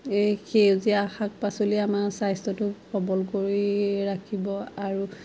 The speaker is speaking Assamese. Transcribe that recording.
এই সেউজীয়া শাক পাচলি আমাৰ স্বাস্থ্যটোক সবল কৰি ৰাখিব আৰু